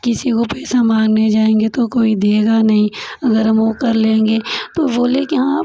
किसी को पैसा मांगने जाएंगे तो कोई देगा नहीं अगर हम वो कर लेंगे तो बोले कि हाँ